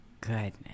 Goodness